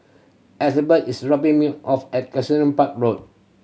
is robbing me off at Park Road